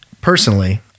personally